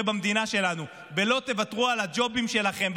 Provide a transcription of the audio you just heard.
במדינה שלנו ולא תוותרו על הג'ובים שלכם,